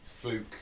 fluke